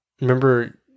remember